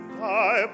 Thy